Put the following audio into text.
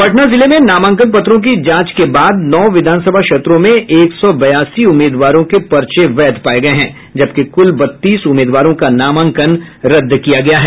पटना जिले में नामांकन पत्रों की जांच के बाद नौ विधानसभा क्षेत्रों में एक सौ बयासी उम्मीदवारों के पर्चे वैध पाये गये हैं जबकि क्ल बत्तीस उम्मीदवारों का नामांकन रद्द किया गया है